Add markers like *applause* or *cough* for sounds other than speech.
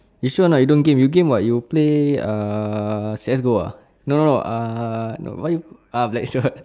this one I don't game you game [what] you play ah C_S goal uh no no uh no why ah Blackshot *noise*